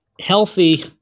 healthy